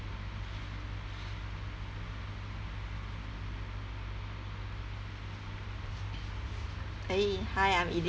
!hey! hi I'm elaine